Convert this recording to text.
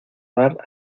dar